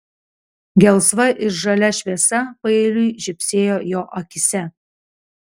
gelsva ir žalia šviesa paeiliui žybsėjo jo akyse